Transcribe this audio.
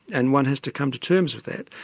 and one has to come to terms with that.